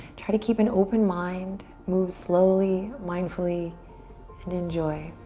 try to keep an open mind. move slowly, mindfully and enjoy.